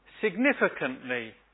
significantly